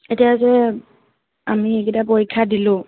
এতিয়া যে আমি এইগিটা পৰীক্ষা দিলোঁ